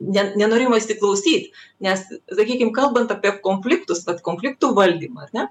ne nenorėjimo įsiklausyt nes sakykim kalbant apie konfliktus vat konfliktų valdymą ar ne